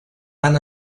van